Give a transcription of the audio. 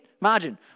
margin